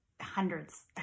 hundreds